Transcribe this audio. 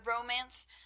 romance